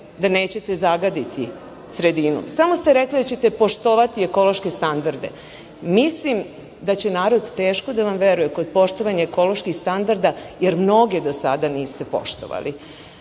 da nećete zagaditi sredinu. Samo ste rekli da ćete poštovati ekološke standarde. Mislim da će narod teško da vam veruje kod poštovanja ekoloških standarda, jer mnoge do sada niste poštovali. Neću